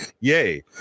Yay